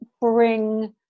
bring